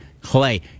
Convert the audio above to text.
Clay